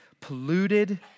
polluted